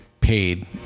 paid